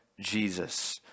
Jesus